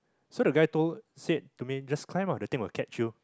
so the guy told said to me just climb ah the thing will catch you